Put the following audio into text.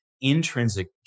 intrinsic